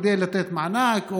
כדי לתת מענק,